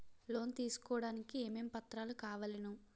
Loan తీసుకోడానికి ఏమేం పత్రాలు కావలెను?